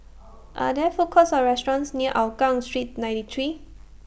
Are There Food Courts Or restaurants near Hougang Street ninety three